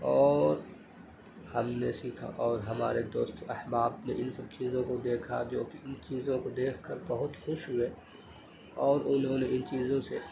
اور ہم نے سیکھا اور ہمارے دوست و احباب نے ان سب چیزوں کو دیکھا جو کہ ان چیزوں کو دیکھ کر بہت خوش ہوئے اور انہوں نے ان چیزوں سے